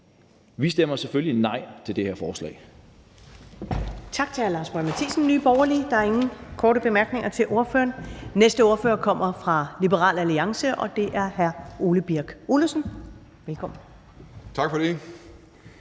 Vi stemmer selvfølgelig nej til det her forslag.